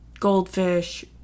goldfish